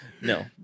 no